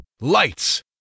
Lights